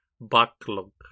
backlog